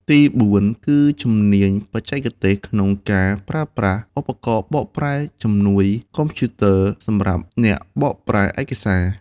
ទីបួន គឺជំនាញបច្ចេកទេសក្នុងការប្រើប្រាស់ឧបករណ៍បកប្រែជំនួយកុំព្យូទ័រ សម្រាប់អ្នកបកប្រែឯកសារ។